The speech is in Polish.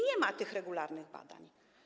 Nie ma tych regularnych badań.